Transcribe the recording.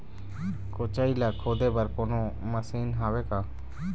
कोचई ला खोदे बर कोन्हो मशीन हावे का?